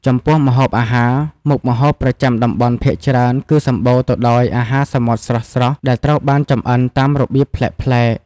ចំពោះម្ហូបអាហារ មុខម្ហូបប្រចាំតំបន់ភាគច្រើនគឺសម្បូរទៅដោយអាហារសមុទ្រស្រស់ៗ ដែលត្រូវបានចម្អិនតាមរបៀបប្លែកៗ។